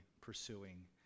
pursuing